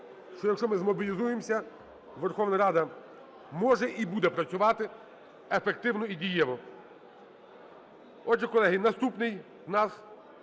що, якщо ми змобілізуємося, Верховна Рада може і буде працювати ефективно і дієво. Отже, колеги, наступний у нас